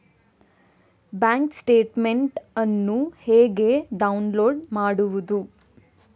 Bank statement ಅನ್ನು ಹೇಗೆ download ಮಾಡುವುದು?